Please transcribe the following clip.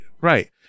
Right